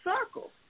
circle